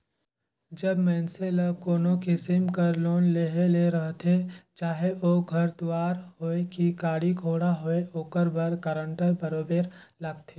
जब मइनसे ल कोनो किसिम कर लोन लेहे ले रहथे चाहे ओ घर दुवार होए कि गाड़ी घोड़ा होए ओकर बर गारंटर बरोबेर लागथे